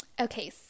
Okay